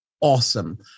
awesome